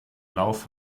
lauf